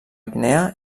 guinea